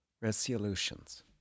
resolutions